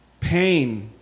pain